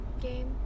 game